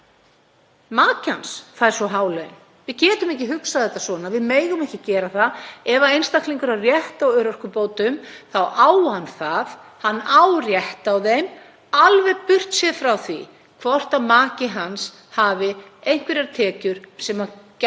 maki hans fær svo há laun. Við getum ekki hugsað þetta svona. Við megum ekki gera það. Ef einstaklingur á rétt á örorkubótum þá á hann það. Hann á rétt á þeim, alveg burt séð frá því hvort maki hans hafi einhverjar tekjur sem gætu